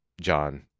John